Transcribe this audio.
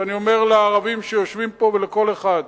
ואני אומר לערבים שיושבים פה ולכל אחד: